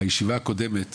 בישיבה הקודמת